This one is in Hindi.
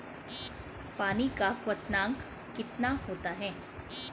पानी का क्वथनांक कितना होता है?